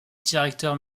directeur